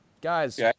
guys